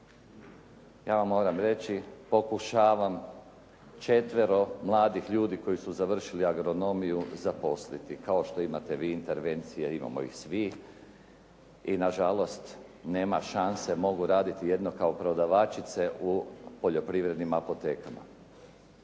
Ja vam moram reći pokušavam četvero mladih ljudi koji su završili agronomiju zaposliti. Kao što vi imate intervencije, imamo ih svi i na žalost nema šanse. Mogu raditi jedino kao prodavačice u poljoprivrednim apotekama.